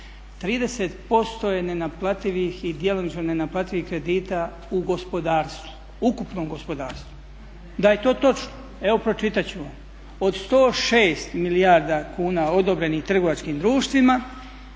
30% je nenaplativih i djelomično nenaplativi kredita u gospodarstvu, ukupnom gospodarstvu. Da je to točno, evo pročitat ću vam. Od 106 milijardi kuna odobrenih trgovačkim društvima